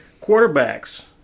Quarterbacks